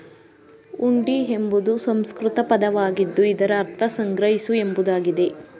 ಹುಂಡಿ ಎಂಬುದು ಸಂಸ್ಕೃತ ಪದವಾಗಿದ್ದು ಇದರ ಅರ್ಥ ಸಂಗ್ರಹಿಸು ಎಂಬುದಾಗಿದೆ